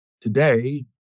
today